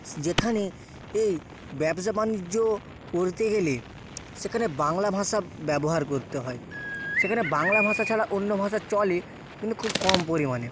যেখানে এই ব্যবসা বাণিজ্য করতে গেলে সেখানে বাংলা ভাষা ব্যবহার করতে হয় সেখানে বাংলা ভাষা ছাড়া অন্য ভাষা চলে কিন্তু খুব কম পরিমাণে